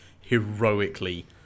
heroically